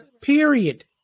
Period